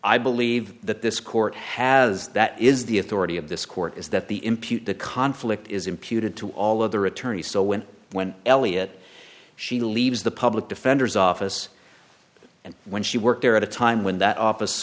i believe that this court has that is the authority of this court is that the impute the conflict is imputed to all other attorneys so when when eliot she leaves the public defender's office and when she worked there at a time when that office